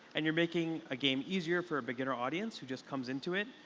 and you're making a game easier for a beginner audience who just comes into it,